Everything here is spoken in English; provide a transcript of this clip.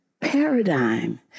paradigm